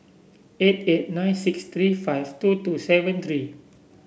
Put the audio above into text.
eight eight nine six three five two two seven three